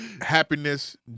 happiness